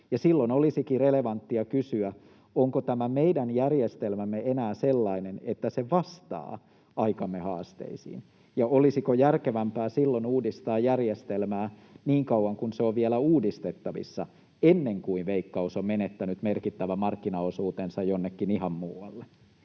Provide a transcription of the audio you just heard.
Silloin olisikin relevanttia kysyä, onko tämä meidän järjestelmämme enää sellainen, että se vastaa aikamme haasteisiin, ja olisiko järkevämpää silloin uudistaa järjestelmää, niin kauan kun se on vielä uudistettavissa ennen kuin Veikkaus on menettänyt merkittävän markkinaosuutensa jonnekin ihan muualle.